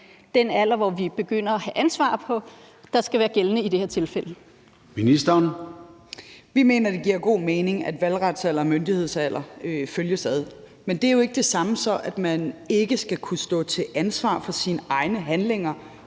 Indenrigs- og sundhedsministeren (Sophie Løhde): Vi mener, at det giver god mening, at valgretsalderen og myndighedsalderen følges ad. Men det er jo ikke det samme, som at man ikke skal kunne stå til ansvar for sine egne handlinger,